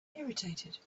irritated